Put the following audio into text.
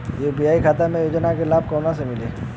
UP खातिर के योजना के लाभ कहवा से मिली?